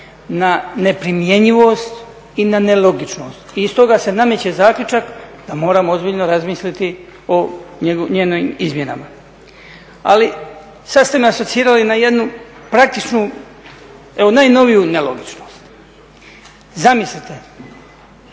na neprimjenjivost i na nelogičnost. I iz toga se nameće zaključak da moramo ozbiljno razmisliti o njenim izmjenama. Ali sad ste me asocirali na jednu praktičnu evo najnoviju nelogičnost. Zamislite